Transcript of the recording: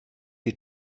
die